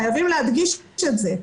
חייבים להדגיש את זה.